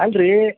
ಅಲ್ರೀ